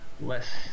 less